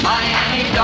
Miami